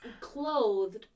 clothed